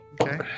Okay